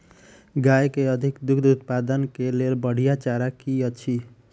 गाय केँ अधिक दुग्ध उत्पादन केँ लेल बढ़िया चारा की अछि?